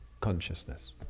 consciousness